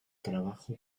trabajo